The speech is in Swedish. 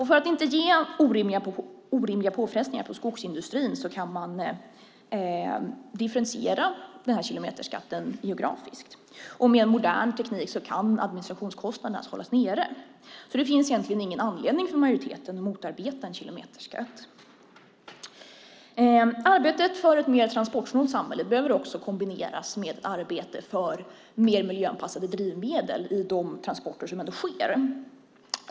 För att inte ge orimliga påfrestningar på skogsindustrin kan man differentiera denna kilometerskatt geografiskt. Med modern teknik kan administrationskostnaderna hållas nere. Det finns egentligen ingen anledning för majoriteten att motarbeta en kilometerskatt. Arbetet för ett mer transportsnålt samhälle behöver också kombineras med ett arbete för mer miljöanpassade drivmedel i de transporter som ändå sker.